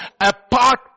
apart